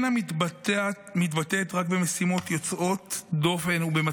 אנחנו מבינים היטב שהמשימות שאתם לוקחים על עצמכם הן רבות ומשמעותיות,